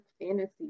fantasy